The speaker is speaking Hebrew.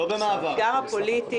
לא בכנסת מעבר, גברתי.